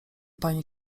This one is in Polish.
pani